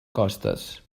costes